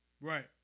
right